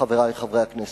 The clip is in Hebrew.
חברי חברי הכנסת,